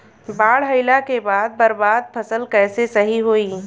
बाढ़ आइला के बाद बर्बाद फसल कैसे सही होयी?